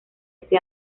este